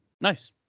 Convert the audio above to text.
Nice